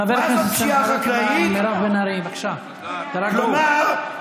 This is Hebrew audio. גם רצח של חדי-קרן.